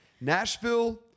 Nashville